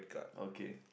okay